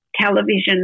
television